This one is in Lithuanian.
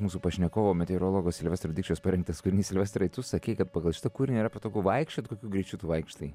mūsų pašnekovo meteorologo silvestro dikčiaus parengtas kūrinys silvestrai tu sakei kad pagal šitą kūrinį yra patogu vaikščiot kokiu greičiu tu vaikštai